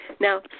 Now